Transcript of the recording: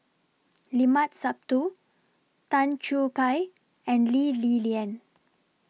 Limat Sabtu Tan Choo Kai and Lee Li Lian